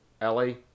ellie